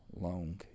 long